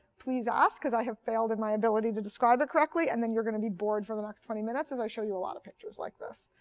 please ask because i have failed in my ability to describe it correctly and then you're going to be bored for the next twenty minutes as i show you a lot of pictures like this.